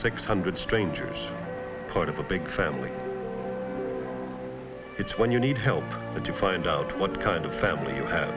six hundred strangers part of a big family it's when you need help and you find out what kind of family you have